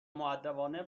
مودبانه